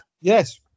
Yes